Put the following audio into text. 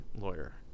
lawyer